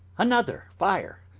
another fire.